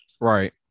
Right